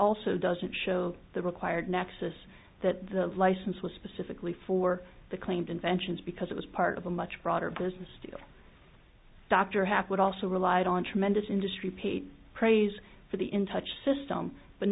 also doesn't show the required nexus that the license was specifically for the claimed inventions because it was part of a much broader business dr hathout also relied on tremendous industry paid praise for the in touch system but